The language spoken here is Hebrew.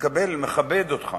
מקבל ומכבד אותך